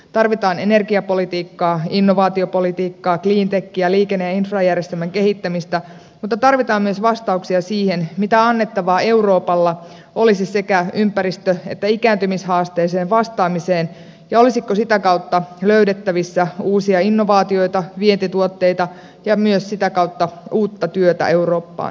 tarvitaan energiapolitiikkaa innovaatiopolitiikkaa cleantechiä liikenne ja infrajärjestelmän kehittämistä mutta tarvitaan myös vastauksia siihen mitä annettavaa euroopalla olisi sekä ympäristö että ikääntymishaasteeseen vastaamiseen ja olisiko sitä kautta löydettävissä uusia innovaatioita vientituotteita ja myös sitä kautta uutta työtä eurooppaan